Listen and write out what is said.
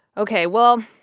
ok. well,